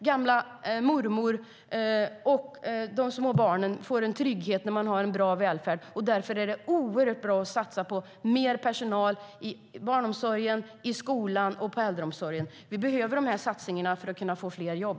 Gamla mormor och de små barnen får en trygghet när det finns en bra välfärd. Därför är det oerhört bra att satsa på mer personal i barnomsorgen, i skolan och i äldreomsorgen. Vi behöver de satsningarna för att skapa fler jobb.